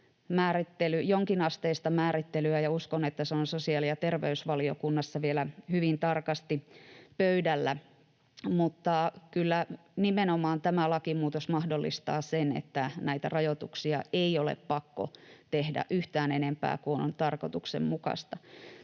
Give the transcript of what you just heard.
jonkinasteista määrittelyä, ja uskon, että se on sosiaali- ja terveysvaliokunnassa vielä hyvin tarkasti pöydällä. Mutta kyllä tämä lakimuutos nimenomaan mahdollistaa sen, että näitä rajoituksia ei ole pakko tehdä yhtään enempää kuin on tarkoituksenmukaista.